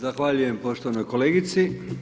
Zahvaljujem poštovanoj kolegici.